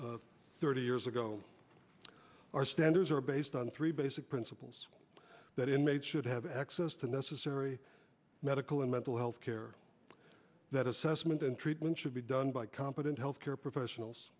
of thirty years ago our standards are based on three basic principles that inmate should have access to necessary medical and mental health care that assessment and treatment should be done by competent health care professionals